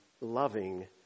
loving